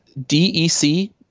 DEC